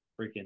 freaking